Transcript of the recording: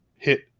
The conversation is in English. hit